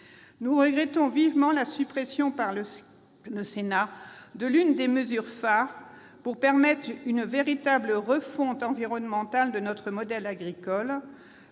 nous regrettons vivement la suppression par le Sénat de l'une des mesures phares pour permettre une véritable refonte environnementale de notre modèle agricole